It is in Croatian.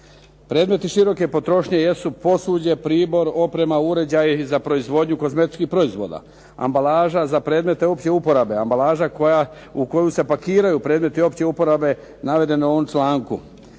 Predmeti široke potrošnje jesu posuđe, pribor, oprema, uređaji za proizvodnju kozmetičkih proizvoda, ambalaža za predmete opće uporabe, ambalaža u koju se pakiraju predmeti opće uporabe navedeno u ovom članku.